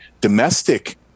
domestic